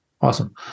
Awesome